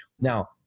Now